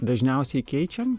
dažniausiai keičiam